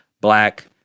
black